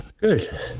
good